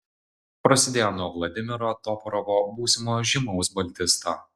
prasidėjo nuo vladimiro toporovo būsimo žymaus baltisto